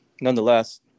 Nonetheless